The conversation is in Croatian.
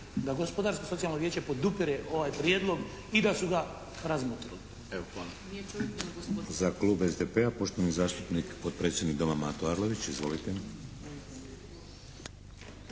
da gospodarsko socijalno vijeće podupire ovaj prijedlog i da su ga razmotrili.